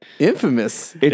infamous